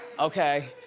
okay?